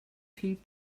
fill